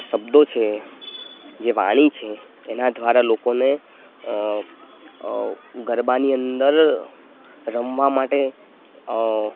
શબ્દો છે જે વાણી છે એના દ્વારા લોકોને ગરબાની અંદર રમવા માટે